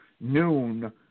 noon